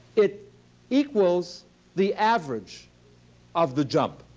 it equals the average of the jump.